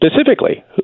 specifically